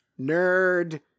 Nerd